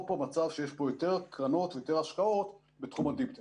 פה מצב שיש בו יותר קרנות ויותר השקעות בתחום ה-Deep Tech.